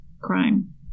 crime